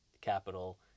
capital